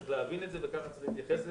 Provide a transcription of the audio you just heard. צריך להבין את זה וככה צריך להתייחס לזה.